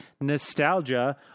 nostalgia